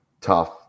tough